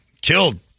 killed